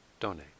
donate